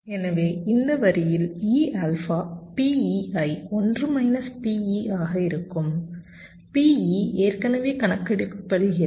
எனவே இந்த வரியில் E ஆல்பா PE ஐ 1 மைனஸ் PE ஆக இருக்கும் PE ஏற்கனவே கணக்கிடப்படுகிறது